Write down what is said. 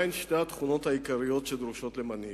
מהן שתי התכונות העיקריות שדרושות למנהיג?